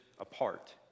apart